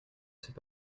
sais